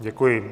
Děkuji.